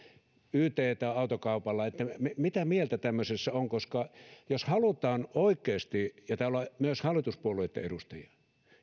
ytitä autokaupalla mitä mieltä tämmöisessä on koska jos halutaan oikeasti ja täällä on myös hallituspuolueitten edustajia